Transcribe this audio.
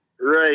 Right